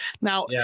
Now